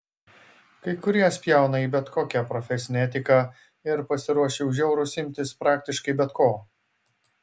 kai kurie spjauna į bet kokią profesinę etiką ir pasiruošę už eurus imtis praktiškai bet ko